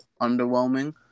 underwhelming